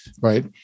right